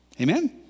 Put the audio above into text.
amen